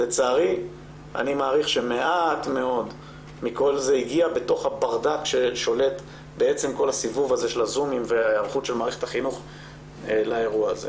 אני מעריך שמעט מאוד מכל זה הגיע בתוך הברדק ששולט באירוע הזה.